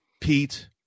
Pete